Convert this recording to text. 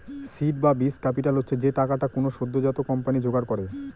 seed বা বীজ capital হচ্ছে যে টাকাটা কোনো সদ্যোজাত কোম্পানি জোগাড় করে